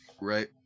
right